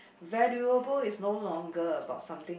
valuable is no longer about something